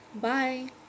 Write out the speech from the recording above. Bye